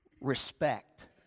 Respect